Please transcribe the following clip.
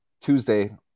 Tuesday